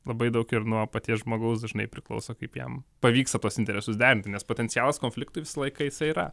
labai daug ir nuo paties žmogaus dažnai priklauso kaip jam pavyksta tuos interesus derinti nes potencialas konfliktui visą laiką jisai yra